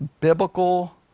biblical